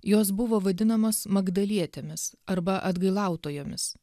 jos buvo vadinamos magdalietėmis arba atgailautojomis